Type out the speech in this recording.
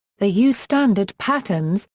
they use standard patterns,